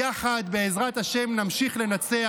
יחד בעזרת השם נמשיך לנצח.